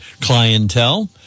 clientele